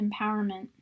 empowerment